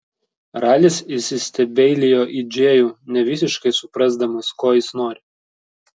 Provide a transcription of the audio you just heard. ralis įsistebeilijo į džėjų nevisiškai suprasdamas ko jis nori